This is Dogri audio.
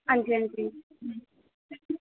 अंजी अंजी